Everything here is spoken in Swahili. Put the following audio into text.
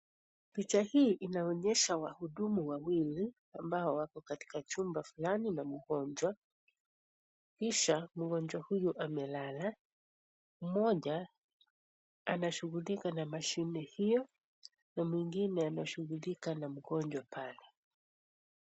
Picha hii inaonyesha wahudumu wawili ambao wako katika chumba fulani na mgonjwa, kisha mgonjwa huyo amelala. Mmoja anashughulika na machine hiyo na mwingine anashughulika na mgonjwa pale.